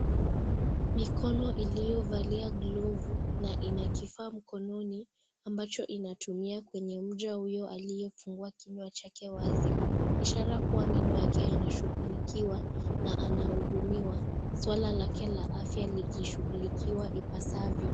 Mikono iliyovalia glovu na ina kifaa mkononi ambacho inatumia kwenye mja huyo alitefungua kinywa wazi ishara kuwa meno yake yanashugulikiwa na anahudumiwa, swala lake la afya likishugulikiwa ipasavyo.